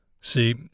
See